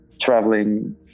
traveling